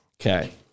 Okay